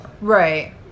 right